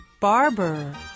Barber